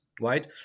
Right